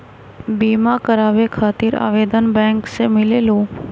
बिमा कराबे खातीर आवेदन बैंक से मिलेलु?